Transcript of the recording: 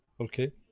okay